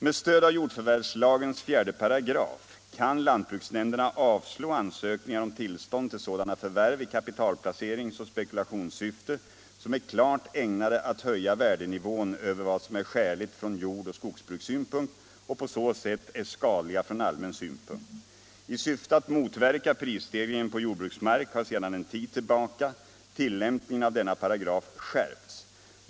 Med stöd av jordförvärvslagens 4 § kan lantbruksnämnderna avslå ansökningar om tillstånd till sådana förvärv i kapitalplaceringsoch spekulationssyfte, som är klart ägnade att höja värdenivån över vad som är skäligt från jordoch skogsbrukssynpunkt och på så sätt är skadliga från allmän synpunkt. I syfte att motverka prisstegringen på jordbruksmark har sedan en tid tillbaka tillämpningen av denna parågraf skärpts.